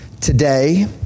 today